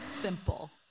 Simple